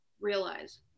realize